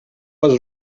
was